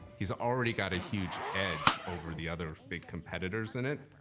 he's already got a huge edge over the other big competitors in it.